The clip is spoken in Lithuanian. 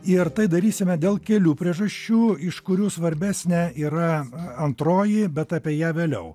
ir tai darysime dėl kelių priežasčių iš kurių svarbesnė yra antroji bet apie ją vėliau